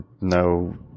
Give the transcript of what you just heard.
no